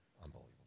Unbelievable